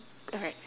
alright